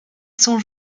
sont